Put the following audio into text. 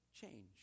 change